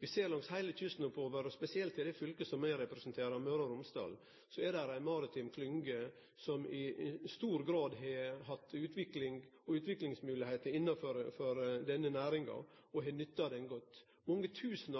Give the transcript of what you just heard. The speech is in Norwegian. Vi ser at langs heile kysten, spesielt i det fylket som eg representerer, Møre og Romsdal, er det ei maritim klyngje som i stor grad har hatt utviklingsmoglegheiter innanfor denne næringa og